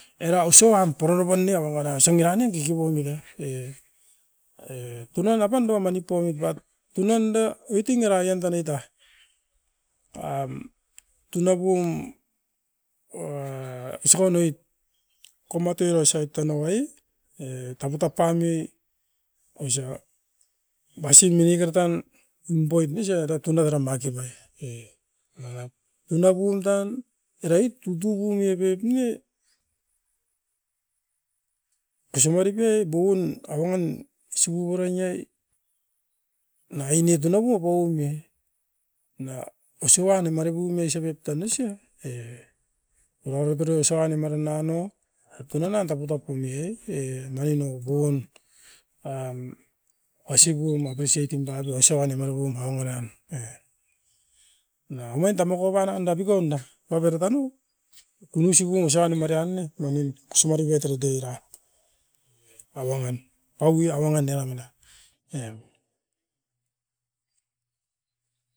Avangan tan asne, minekera manit dake pura puan tan, era menikoan nimpunoi ne, manap era tauarai tanau nimpian.